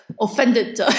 offended